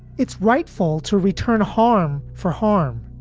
it's rightful to return harm, for harm,